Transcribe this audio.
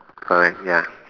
correct ya